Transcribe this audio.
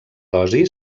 dosi